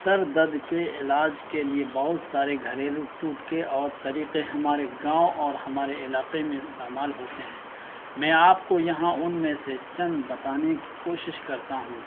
سر درد کے علاج کے لیے بہت سارے گھریلو ٹوٹکے اور طریقے ہمارے گاؤں اور ہمارے علاقے میں استعمال ہوتے ہیں میں آپ کو یہاں ان میں سے چند بتانے کی کوشش کرتا ہوں